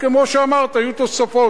כמו שאמרת, היו תוספות.